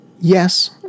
Yes